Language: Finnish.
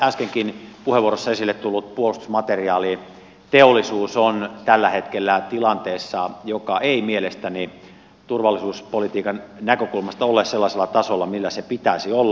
myöskin äskenkin puheenvuorossa esille tullut puolustusmateriaaliteollisuus on tällä hetkellä tilanteessa joka ei mielestäni turvallisuuspolitiikan näkökulmasta ole sellaisella tasolla millä sen pitäisi olla